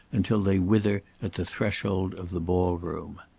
until they wither at the threshold of the ball-room.